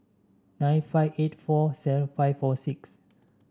nine five eight four seven five four six